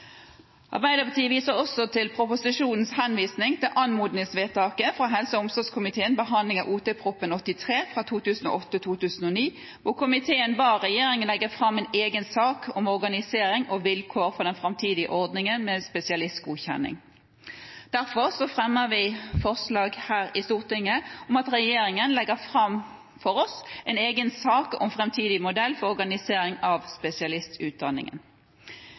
Arbeiderpartiet viser også til proposisjonens henvisning til anmodningsvedtaket fra helse- og omsorgskomiteens behandling av Ot.prp. nr. 83 for 2008–2009, der komiteen ba regjeringen legge fram en egen sak om organisering og vilkår for den framtidige ordningen med spesialistgodkjenning. Derfor fremmer vi forslag her i Stortinget om at regjeringen legger fram for oss en egen sak om en framtidig modell for organisering av spesialistutdanningen.